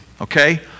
okay